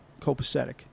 copacetic